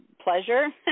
pleasure